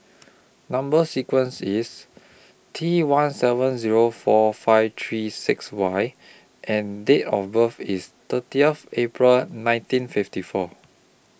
Number sequence IS T one seven Zero four five three six Y and Date of birth IS thirty April nineteen fifty four